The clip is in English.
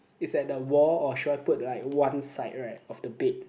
is at the wall or should I put like one side right of the bed